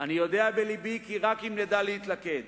אני יודע בלבי כי רק אם נדע להתלכד,